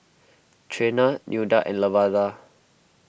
Trena Nilda and Lavada